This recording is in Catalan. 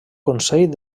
consell